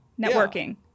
Networking